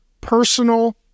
personal